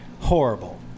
horrible